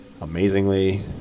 amazingly